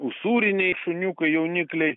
usūriniai šuniukai jaunikliai